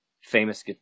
famous